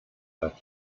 hat